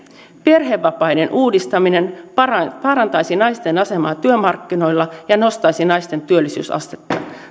perhevapaiden uudistaminen parantaisi parantaisi naisten asemaa työmarkkinoilla ja nostaisi naisten työllisyysastetta